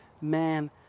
man